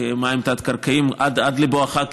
כמים תת-קרקעיים עד בואכה,